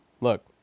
Look